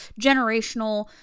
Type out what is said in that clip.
generational